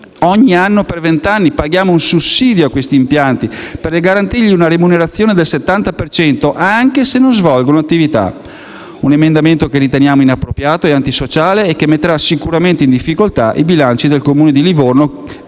Ogni anno, per vent'anni, paghiamo un sussidio a questi impianti per garantire loro una remunerazione del 70 per cento anche se non svolgono attività. È un emendamento che riteniamo inappropriato e antisociale che metterà sicuramente in difficoltà i bilanci dei comuni di Livorno